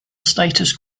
status